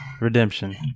Redemption